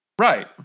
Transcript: Right